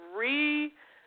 re-